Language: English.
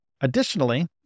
Additionally